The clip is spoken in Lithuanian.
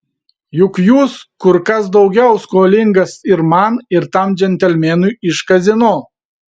juk jūs kur kas daugiau skolingas ir man ir tam džentelmenui iš kazino